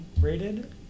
rated